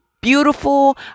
beautiful